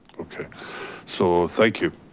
okay so thank you.